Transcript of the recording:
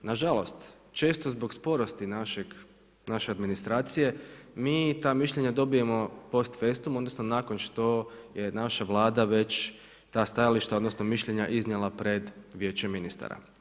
Na žalost često zbog sporosti naše administracije mi ta mišljenja dobijemo post festum, odnosno nakon što je naša Vlada već ta stajališta, odnosno mišljenja iznijela pred Vijeće ministara.